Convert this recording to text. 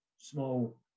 small